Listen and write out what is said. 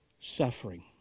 suffering